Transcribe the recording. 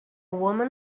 woman